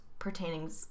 pertaining